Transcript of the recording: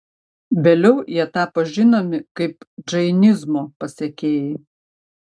vėliau jie tapo žinomi kaip džainizmo pasekėjai